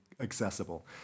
accessible